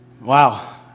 Wow